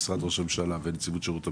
משרד ראש הממשלה ונציבות שירות המדיה,